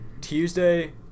Tuesday